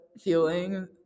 feeling